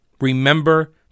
remember